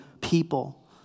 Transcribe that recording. people